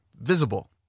visible